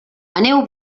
aneu